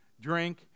drink